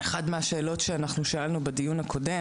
אחת השאלות ששאלנו בדיון הקודם